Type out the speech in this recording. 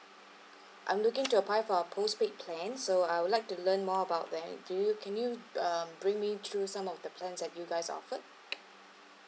I'm looking to apply for a postpaid plan so I would like to learn more about them do you can you um bring me through some of the plans that you guys offered